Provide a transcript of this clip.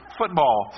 football